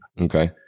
Okay